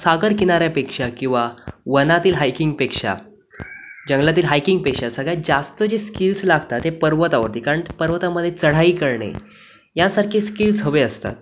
सागर किनाऱ्यापेक्षा किंवा वनातील हायकिंगपेक्षा जंगलातील हायकिंगपेक्षा सगळ्यात जास्त जे स्किल्स लागतात ते पर्वतावरती कारण पर्वतामध्ये चढाई करणे यासारखे स्किल्स हवे असतात